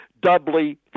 Doubly